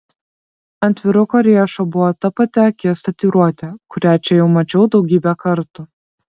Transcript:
ant vyruko riešo buvo ta pati akies tatuiruotė kurią čia jau mačiau daugybę kartų